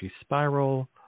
spiral